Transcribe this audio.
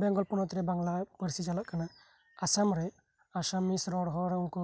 ᱵᱮᱝᱜᱚᱞ ᱯᱚᱱᱚᱛ ᱨᱮ ᱵᱟᱝᱞᱟ ᱯᱟᱹᱨᱥᱤ ᱪᱟᱞᱟᱜ ᱠᱟᱱᱟ ᱟᱥᱟᱢᱨᱮ ᱟᱥᱟᱢᱤᱡ ᱨᱚᱲ ᱦᱚᱲ ᱠᱚ